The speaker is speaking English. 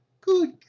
Good